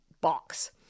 box